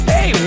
Hey